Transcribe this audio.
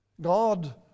God